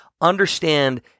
understand